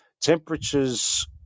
Temperatures